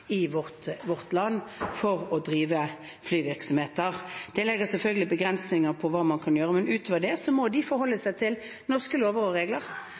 i vårt land for å drive flyvirksomhet. Det legger selvfølgelig begrensninger på hva man kan gjøre, men ut over det må de forholde seg til norske lover og regler.